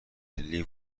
ملی